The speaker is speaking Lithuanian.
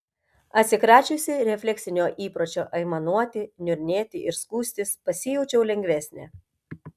atsikračiusi refleksinio įpročio aimanuoti niurnėti ir skųstis pasijaučiau lengvesnė